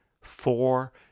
four